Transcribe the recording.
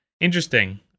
interesting